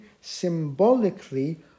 symbolically